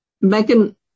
Megan